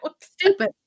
Stupid